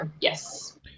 Yes